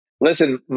Listen